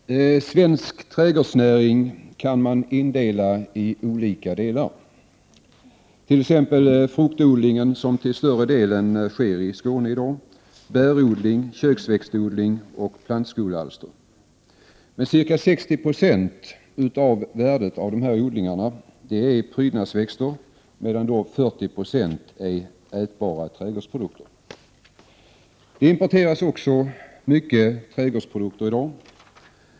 Herr talman! Svensk trädgårdsnäring kan indelas i olika delar, t.ex. fruktodling som i dag till större delen sker i Skåne, bärodling, köksväxtodling och plantskolealster. Men ca 60 90 av värdet av dessa odlingar avser prydnadsväxter, medan 40 96 gäller ätbara trädgårdsprodukter. Det importeras också mycket trädgårdsprodukter i dag.